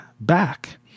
back